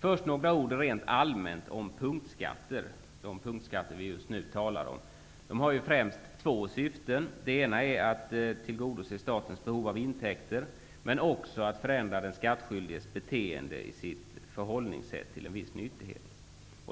Först skall jag säga några ord rent allmänt om de punktskatter som vi nu talar om. De har två syften. Det ena är att tillgodose statens behov av intäkter, och det andra är att förändra den skattskyldiges beteende i sitt förhållningssätt till en viss nyttighet.